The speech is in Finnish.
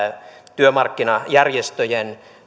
työmarkkinajärjestöjen